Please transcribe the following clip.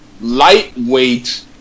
lightweight